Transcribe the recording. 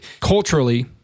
culturally